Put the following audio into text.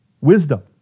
Wisdom